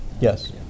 Yes